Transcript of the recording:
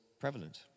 prevalent